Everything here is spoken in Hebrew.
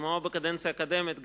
כמו בקדנציה הקודמת,